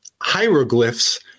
hieroglyphs